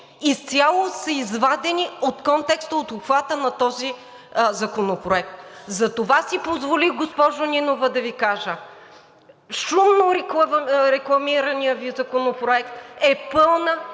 изцяло са извадени от контекста и от обхвата на този законопроект. Затова си позволих, госпожо Нинова, да Ви кажа: шумно рекламираният Ви законопроект, че